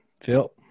Phil